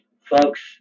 folks